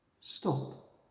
Stop